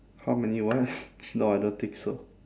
how many what no I don't think so